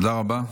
תודה רבה.